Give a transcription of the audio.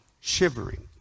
shivering